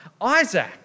Isaac